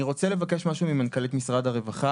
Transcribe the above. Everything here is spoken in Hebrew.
אני רוצה לבקש משהו ממנכ"לית משרד הרווחה,